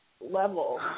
level